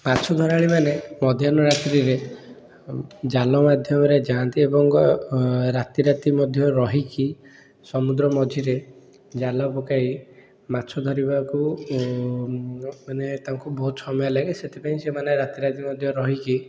ମାଛ ଧରାଳୀ ମାନେ ମଧ୍ୟାହ୍ନ ରାତ୍ରିରେ ଜାଲ ମାଧ୍ୟମରେ ଯାଆନ୍ତି ଏବଂ ରାତିରାତି ମଧ୍ୟ ରହିକି ସମୁଦ୍ର ମଝିରେ ଜାଲ ପକାଇ ମାଛ ଧରିବାକୁ ମାନେ ତାଙ୍କୁ ବହୁତ ସମୟ ଲାଗେ ସେଥିପାଇଁ ସେମାନେ ରାତିରାତି ମଧ୍ୟ ରହିକି